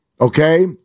Okay